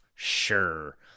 Sure